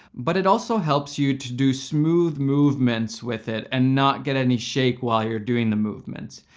but it also helps you to do smooth movements with it, and not get any shake while you're doing the movements.